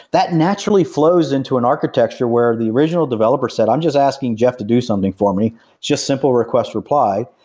that naturally flows into an architecture where the original developer said, i'm just asking jeff to do something for me. it's just simple request reply,